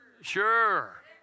Sure